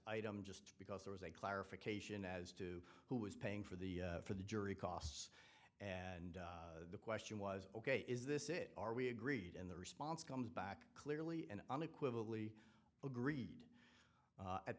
item just because there was a clarification as to who was paying for the for the jury costs and the question was ok is this it are we agreed and the response comes back clearly and unequivocally agreed